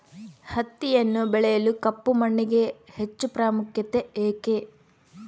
ಹತ್ತಿಯನ್ನು ಬೆಳೆಯಲು ಕಪ್ಪು ಮಣ್ಣಿಗೆ ಹೆಚ್ಚು ಪ್ರಾಮುಖ್ಯತೆ ಏಕೆ?